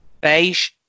beige